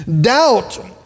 Doubt